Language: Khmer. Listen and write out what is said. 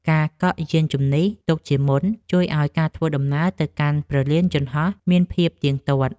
ការកក់យានជំនិះទុកជាមុន ជួយឱ្យការធ្វើដំណើរទៅកាន់ព្រលានយន្តហោះមានភាពទៀងទាត់។